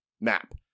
map